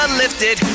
lifted